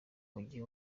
mujyi